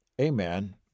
Amen